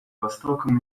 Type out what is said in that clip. востоком